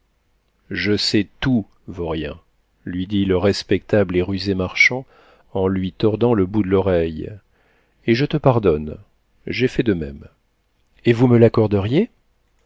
je sais tout vaurien lui dit le respectable et rusé marchand en lui tordant le bout de l'oreille et je pardonne j'ai fait de même et vous me l'accorderiez